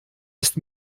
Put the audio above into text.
ist